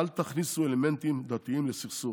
'אל תכניסו אלמנטים דתיים לסכסוך,